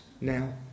now